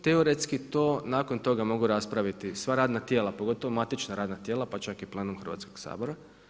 Teoretski to nakon toga mogu raspraviti sva radna tijela pogotovo matična radna tijela, pa čak i plenum Hrvatskog sabora.